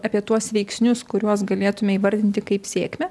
apie tuos veiksnius kuriuos galėtume įvardinti kaip sėkmę